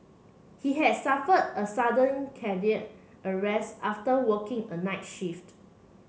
he had suffered a sudden cardiac arrest after working a night shift